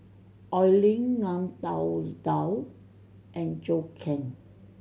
Oi Lin Ngiam Tong Dow and Zhou Can